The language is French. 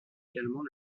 également